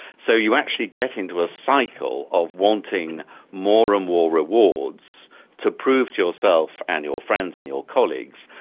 so you actually get into a cycle of wanting more and more rewards to prove to yourself and your friends and your colleagues,